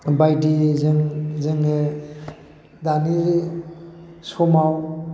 बायदि जोङो दानि समाव